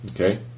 Okay